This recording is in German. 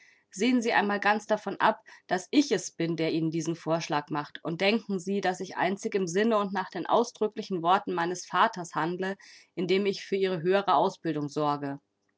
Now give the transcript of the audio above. sehen sie einmal ganz davon ab daß ich es bin der ihnen diesen vorschlag macht und denken sie daß ich einzig im sinne und nach den ausdrücklichen worten meines vaters handle indem ich für ihre höhere ausbildung sorge